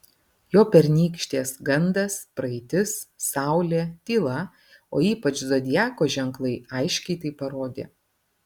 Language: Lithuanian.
jo pernykštės gandas praeitis saulė tyla o ypač zodiako ženklai aiškiai tai parodė